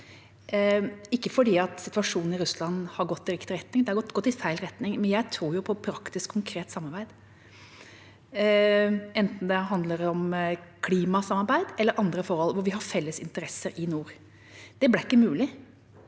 gått i riktig retning – den har gått i feil retning – men jeg tror på praktisk, konkret samarbeid, enten det handler om klimasamarbeid eller andre forhold hvor vi har felles interesser i nord. Det ble ikke mulig